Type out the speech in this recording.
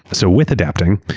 so with adapting,